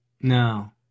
No